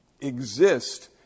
exist